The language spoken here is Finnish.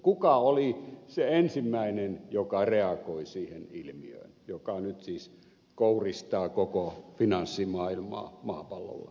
kuka oli se ensimmäinen joka reagoi siihen ilmiöön joka nyt siis kouristaa koko finanssimaailmaa maapallolla